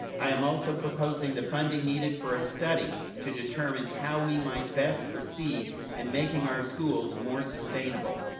i am also proposing the funding needed for a study to determine how we might best proceed in making our schools more sustainable.